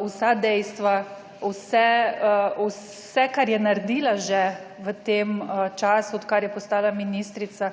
vsa dejstva, vse kar je naredila že v tem času od kar je postala ministrica